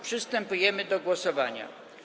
Przystępujemy do głosowania.